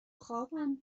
خوابم